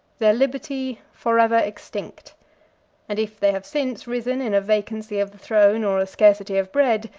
their liberty forever extinct and, if they have since risen in a vacancy of the throne or a scarcity of bread,